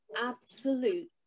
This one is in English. absolute